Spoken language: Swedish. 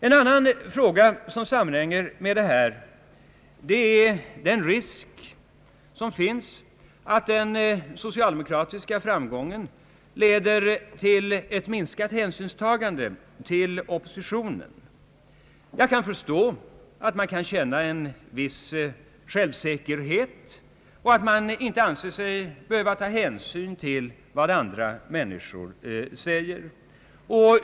En annan fråga som sammanhänger med dessa spörsmål är den risk som finns att den socialdemokratiska framgången leder till ett minskat hänsynstagande till oppositionen. Jag kan förstå att man kan känna en viss självsäkerhet och att man inte anser sig behöva ta hänsyn till vad andra människor säger.